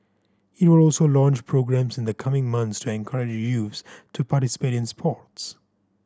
it will also launch programmes in the coming months to encourage youths to participate in sports